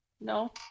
No